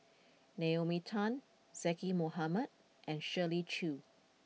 Naomi Tan Zaqy Mohamad and Shirley Chew